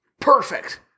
Perfect